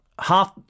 half